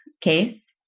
case